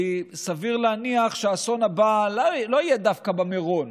כי סביר להניח שהאסון הבא לא יהיה דווקא במירון